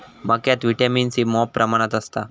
मक्यात vitamin C मॉप प्रमाणात असता